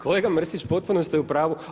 Kolega Mrsić, potpuno ste u pravu.